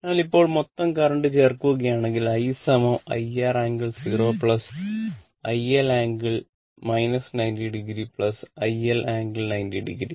അതിനാൽ ഇപ്പോൾ മൊത്തം കറന്റ് ചേർക്കുകയാണെങ്കിൽ I iR ∟ 0 iL ∟ 90 o iL ∟90 o